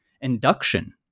induction